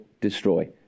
destroy